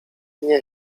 nie